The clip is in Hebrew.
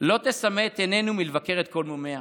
"לא תסמא את עינינו מלבקר את כל מומיה".